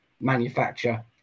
manufacture